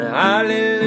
hallelujah